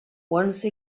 once